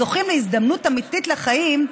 זוכים להזדמנות אמיתית לחיים,